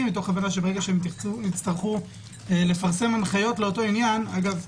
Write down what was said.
מתוך הבנה שברגע שיצטרכו לפרסם הנחיות לאוותו עניין - אגב,